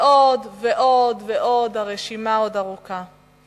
ועוד ועוד ועוד, הרשימה עוד ארוכה.